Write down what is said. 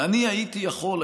ואני הייתי יכול,